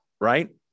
right